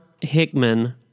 Hickman